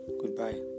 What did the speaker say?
Goodbye